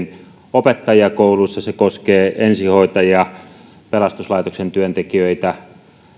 opettajia kouluissa se koskee ensihoitajia pelastuslaitoksen työntekijöitä